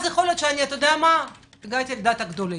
אז כיוונתי לדעת גדולים.